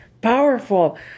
powerful